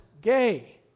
gay